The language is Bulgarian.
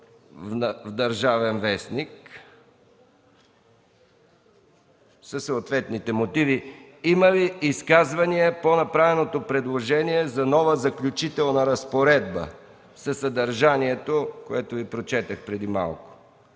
предостави и съответни мотиви. Има ли изказвания по направеното предложение за нова Заключителна разпоредба със съдържанието, което Ви прочетох преди малко?